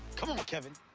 come on, kevin.